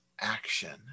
action